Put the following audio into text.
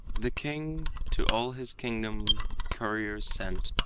the king to all his kingdom couriers sent,